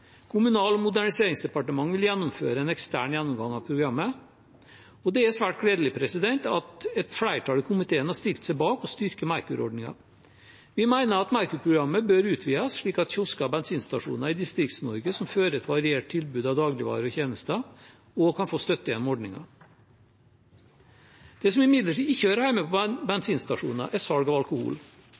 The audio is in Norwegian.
Kommunal- og moderniseringsdepartementet vil gjennomføre en ekstern gjennomgang av programmet, og det er svært gledelig at et flertall i komiteen har stilt seg bak å styrke Merkur-ordningen. Vi mener at Merkur-programmet bør utvides slik at kiosker og bensinstasjoner i Distrikts-Norge som fører et variert tilbud av dagligvarer og tjenester, også kan få støtte gjennom ordningen. Det som imidlertid ikke hører hjemme på bensinstasjoner, er salg av alkohol.